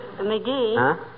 McGee